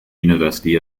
university